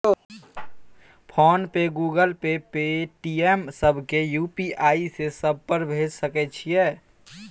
Phone पे, Google Pay, Paytm, सब के UPI से सब पर भेज सके छीयै?